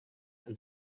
and